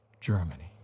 Germany